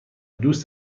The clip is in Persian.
دوست